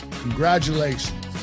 congratulations